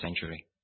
century